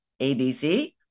ABC